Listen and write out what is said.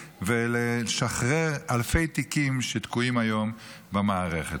ולשחרר אלפי תיקים שתקועים היום במערכת.